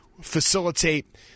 facilitate